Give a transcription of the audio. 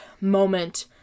moment